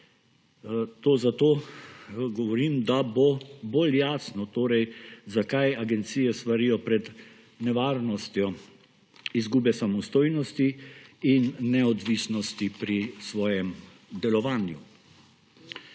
To zato govorim, da bo bolj jasno; torej, zakaj agencije svarijo pred nevarnostjo izgube samostojnosti in neodvisnosti pri svojem delovanju.